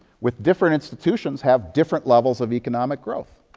with different institutions, have different levels of economic growth.